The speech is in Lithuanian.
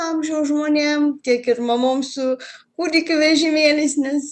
amžiaus žmonėm tiek ir mamom su kūdikių vežimėliais nes